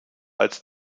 als